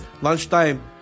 lunchtime